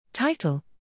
Title